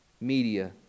media